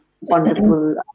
Wonderful